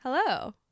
Hello